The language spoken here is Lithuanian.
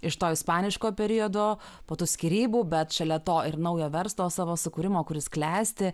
iš to ispaniško periodo po tų skyrybų bet šalia to ir naujo verslo savo sukūrimo kuris klesti